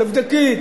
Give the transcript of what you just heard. תבדקי,